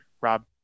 Rob